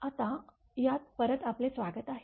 आता यात परत आपले स्वागत आहे